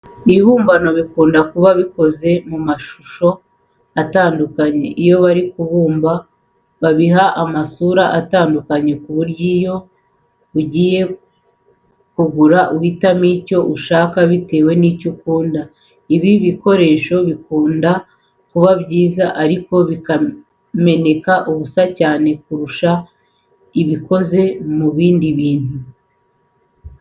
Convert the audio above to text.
Ibibumbano bikunda kuba bikoze mu mashusho atandukanye. Iyo bari kubibumba babiha amasura atandukanye ku buryo iyo ugiye kugura uhitamo icyo ushaka bitewe n'icyo ukunda. Ibi bikoresho bikunda kuba byiza ariko bikameneka ubusa cyane kurusha ibikoze mu bindi bintu.